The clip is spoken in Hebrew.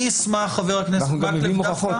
חבר הכנסת מקלב,